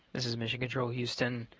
this is mission control houston.